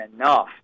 enough